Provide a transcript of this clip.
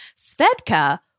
Svedka